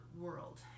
world